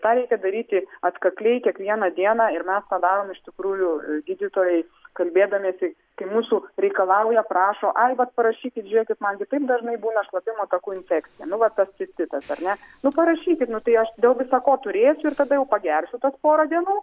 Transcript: tą reikia daryti atkakliai kiekvieną dieną ir mes tą darom iš tikrųjų gydytojai kalbėdamiesi kai mūsų reikalauja prašo ai vat parašykit žiūrėkit man gi taip dažnai būna šlapimo takų infekcija nu vat tas cistitas ar ne nu parašykit nu tai aš dėl visa ko turėsiu ir tada jau pagersiu tas porą dienų